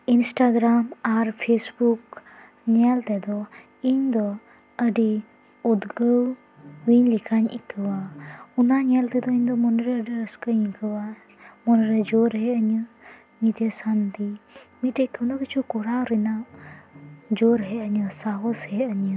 Instagram ᱟᱨ Facebook ᱧᱮᱞ ᱛᱮᱫᱚ ᱤᱧᱫᱚ ᱟᱹᱰᱤ ᱩᱫᱽᱜᱟᱹᱣ ᱤᱧ ᱞᱮᱠᱟᱧ ᱟᱹᱭᱠᱟᱹᱣᱟ ᱚᱱᱟ ᱧᱮᱞᱛᱮᱫᱚ ᱤᱧᱫᱚ ᱢᱚᱱᱮᱨᱮ ᱟᱹᱰᱤ ᱨᱟᱹᱥᱠᱟᱹᱧ ᱟᱹᱭᱠᱟᱹᱣᱟ ᱢᱚᱱᱨᱮ ᱡᱳᱨ ᱦᱮᱡ ᱟᱹᱧᱟᱹ ᱢᱤᱫᱴᱮᱱ ᱥᱟᱹᱱᱛᱤ ᱢᱤᱛᱴᱮᱱ ᱠᱚᱱᱚ ᱠᱤᱪᱷᱩ ᱠᱚᱨᱟᱣ ᱨᱮᱱᱟᱜ ᱡᱳᱨ ᱦᱮᱡ ᱟᱹᱧᱟᱹ ᱥᱟᱦᱚᱥ ᱦᱮᱡ ᱟᱹᱧᱟᱹ